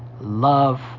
Love